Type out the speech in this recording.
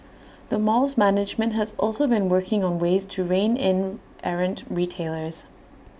the mall's management has also been working on ways to rein in errant retailers